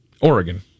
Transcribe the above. Oregon